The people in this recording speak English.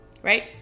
Right